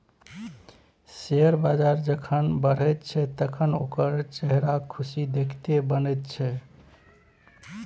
share बजार जखन बढ़ैत छै तखन ओकर चेहराक खुशी देखिते बनैत छै